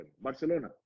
Barcelona